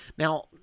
Now